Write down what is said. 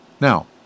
now